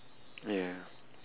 ya